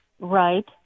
Right